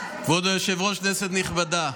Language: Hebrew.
היושב-ראש, כנסת נכבדה,